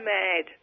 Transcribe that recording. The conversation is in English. mad